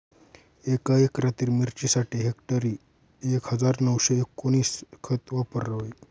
एका एकरातील मिरचीसाठी हेक्टरी एक हजार नऊशे एकोणवीस खत वापरावे